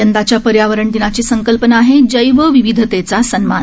यंदाच्या पर्यावरण दिनाची संकल्पना आहे जैव विविधतेचा सन्मान